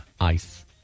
ice